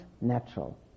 natural